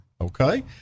okay